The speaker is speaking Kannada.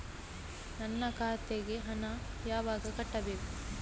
ನನ್ನ ಖಾತೆಗೆ ಹಣ ಯಾವಾಗ ಕಟ್ಟಬೇಕು?